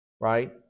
right